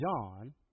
John